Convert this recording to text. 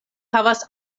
havas